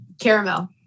Caramel